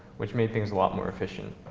which made things a lot more efficient.